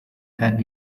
ten